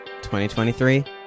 2023